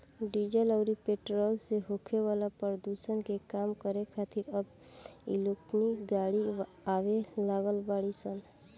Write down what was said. diesel अउरी petrol से होखे वाला प्रदुषण के कम करे खातिर अब इलेक्ट्रिक गाड़ी आवे लागल बाड़ी सन